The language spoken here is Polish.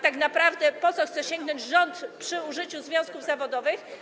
Tak naprawdę chce po to sięgnąć rząd przy użyciu związków zawodowych.